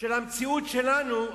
של המציאות שלנו,